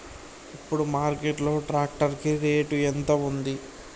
ఇప్పుడు మార్కెట్ లో ట్రాక్టర్ కి రేటు ఎంత ఉంది?